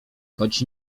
choć